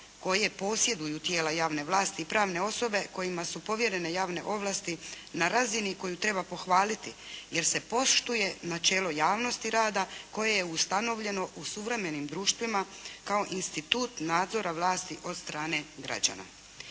koje posjeduju tijela javne vlasti i pravne osobe kojima su povjerene javne ovlasti na razini koju treba pohvaliti, jer se poštuje načelo javnosti rada koje je ustanovljeno u suvremenim društvima kao institut nadzora vlasti od strane građana.